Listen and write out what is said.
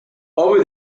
over